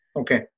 Okay